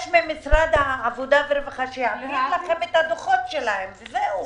ממשרד העבודה והרווחה שיעביר לכם את הדוחות שלהם וזהו.